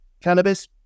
cannabis